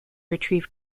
retrieve